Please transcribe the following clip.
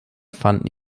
fanden